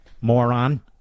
Moron